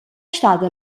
stada